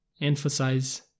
emphasize